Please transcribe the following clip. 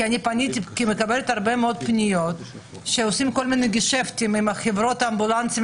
אני מקבלת הרבה פניות שעושים כל מיני עסקאות עם חברות האמבולנסים